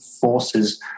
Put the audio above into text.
forces